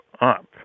up